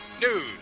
news